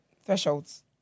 thresholds